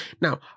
Now